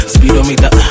Speedometer